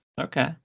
Okay